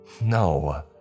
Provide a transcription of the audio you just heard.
No